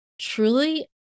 truly